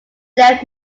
left